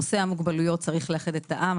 נושא המוגבלויות צריך לאחד את העם.